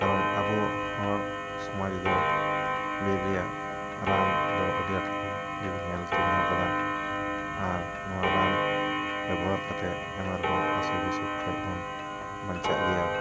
ᱠᱟᱨᱚᱱ ᱟᱵᱚ ᱦᱚᱲ ᱥᱚᱢᱟᱡᱽ ᱫᱚ ᱵᱤᱨ ᱨᱮᱭᱟᱜ ᱨᱟᱱ ᱫᱚ ᱟᱹᱰᱤ ᱟᱸᱴ ᱠᱚ ᱜᱮᱠᱚ ᱧᱮᱞ ᱪᱤᱱᱦᱟᱹᱣ ᱟᱠᱟᱫᱟ ᱟᱨ ᱱᱚᱣᱟ ᱨᱟᱱ ᱵᱮᱵᱚᱦᱟᱨ ᱠᱟᱛᱮ ᱟᱭᱢᱟ ᱨᱚᱠᱚᱢ ᱚᱥᱩᱠ ᱵᱮᱥᱩᱠ ᱠᱷᱚᱡ ᱵᱚᱱ ᱵᱟᱧᱪᱟᱜ ᱜᱮᱭᱟ